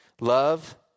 Love